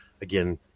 again